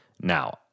Now